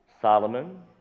Solomon